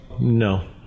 No